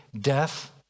death